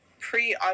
Pre